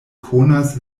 konas